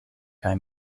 kaj